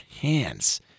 hands